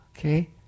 Okay